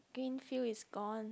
green field is gone